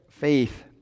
faith